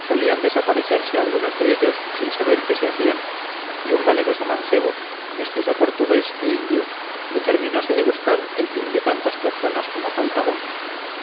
solían desaparecerse algunos de ellos sin saber qué se hacían y un valeroso mancebo mestizo portugués e indio determinose de buscar el fin de tantas personas como faltaban